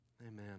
Amen